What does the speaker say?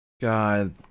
God